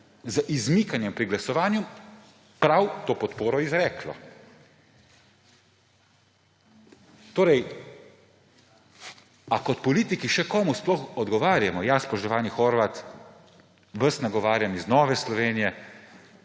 z izmikanjem pri glasovanju prav to podporo izrekla. Ali torej kot politiki sploh še komu odgovarjamo? Ja, spoštovani Horvat, vas nagovarjam iz Nove Slovenije